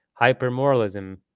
Hypermoralism